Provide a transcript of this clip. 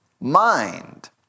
mind